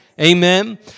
Amen